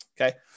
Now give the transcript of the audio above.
Okay